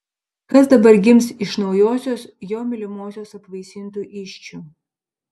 kas dabar gims iš naujosios jo mylimosios apvaisintų įsčių